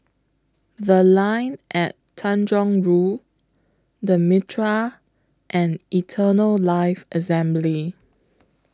The Line At Tanjong Rhu The Mitraa and Eternal Life Assembly